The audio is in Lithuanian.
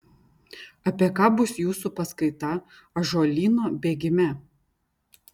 apie ką bus jūsų paskaita ąžuolyno bėgime